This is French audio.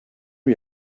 lui